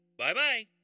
Bye-bye